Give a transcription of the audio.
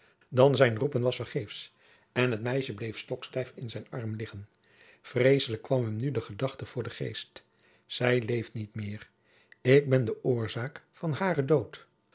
dan zijn roepen was vergeefs en het meisje bleef stokstijf in zijn arm liggen vreeslijk kwam hem nu de gedachte voor den geest zij leeft niet meer ik ben de oorzaak van haren dood